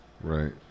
Right